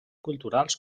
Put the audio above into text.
culturals